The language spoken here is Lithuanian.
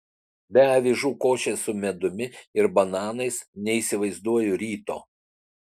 be avižų košės su medumi ir bananais neįsivaizduoju ryto